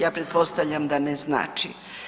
Ja pretpostavljam da ne znači.